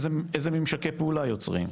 איזה ממשקי פעולה יוצרים,